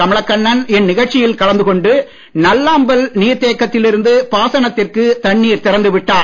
கமலக்கண்ணன் இந்நிகழ்ச்சியில் கலந்து கொண்டு நல்லாம்பாள் நீர்த் தேக்கத்தில் இருந்து பாசனத்திற்கு தண்ணீர் திறந்து விட்டார்